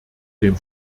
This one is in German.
dem